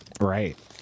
Right